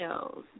shows